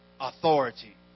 authority